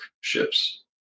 ships